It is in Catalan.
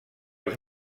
els